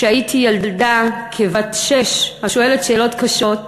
כשהייתי ילדה כבת שש, השואלת שאלות קשות,